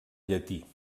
llatí